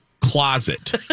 closet